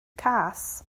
cas